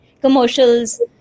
commercials